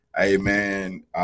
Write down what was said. Amen